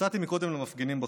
יצאתי קודם למפגינים בחוץ.